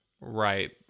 Right